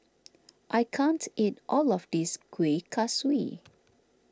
I can't eat all of this Kuih Kaswi